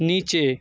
নিচে